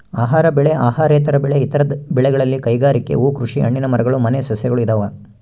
ಆಹಾರ ಬೆಳೆ ಅಹಾರೇತರ ಬೆಳೆ ಇತರ ಬೆಳೆಗಳಲ್ಲಿ ಕೈಗಾರಿಕೆ ಹೂಕೃಷಿ ಹಣ್ಣಿನ ಮರಗಳು ಮನೆ ಸಸ್ಯಗಳು ಇದಾವ